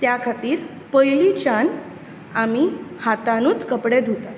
त्या खातीर पयलींच्यान आमी हातांनूच कपडे धुतात